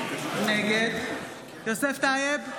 נגד יוסף טייב,